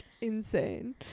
insane